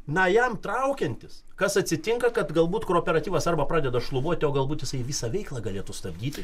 na jam traukiantis kas atsitinka kad galbūt kooperatyvas arba pradeda šlubuoti o galbūt jisai visą veiklą galėtų stabdyti